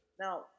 Now